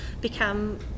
become